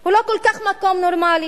הוא לא מקום כל כך נורמלי,